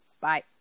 Bye